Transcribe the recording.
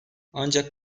ancak